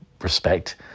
respect